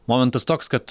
momentas toks kad